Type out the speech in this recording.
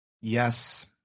Yes